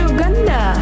Uganda